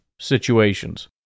situations